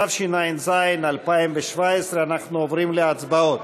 התשע"ז 2017. אנחנו עוברים להצבעות.